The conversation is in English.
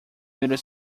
middle